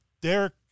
Derek